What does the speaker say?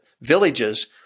villages